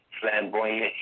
flamboyant